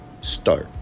start